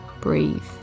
breathe